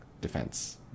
defense